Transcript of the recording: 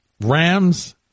Rams